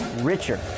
richer